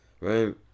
Right